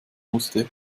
musste